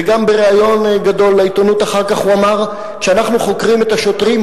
וגם בריאיון גדול לעיתונות אחר כך הוא אמר: כשאנחנו חוקרים את השוטרים,